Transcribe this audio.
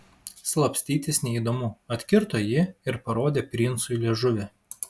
slapstytis neįdomu atkirto ji ir parodė princui liežuvį